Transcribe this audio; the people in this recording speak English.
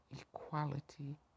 equality